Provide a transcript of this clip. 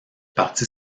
parti